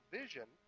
vision